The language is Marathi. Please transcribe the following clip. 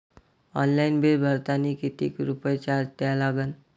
ऑनलाईन बिल भरतानी कितीक रुपये चार्ज द्या लागन?